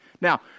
Now